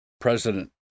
President